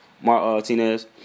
Martinez